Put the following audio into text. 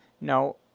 no